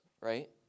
right